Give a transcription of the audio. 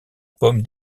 pomme